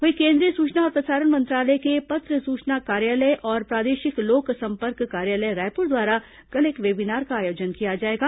वहीं केंद्रीय सूचना और प्रसारण मंत्रालय के पत्र सूचना कार्यालय और प्रादेशिक लोक संपर्क कार्यालय रायपुर द्वारा कल एक वेबीनार का आयोजन किया जाएगा